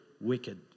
wicked